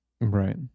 Right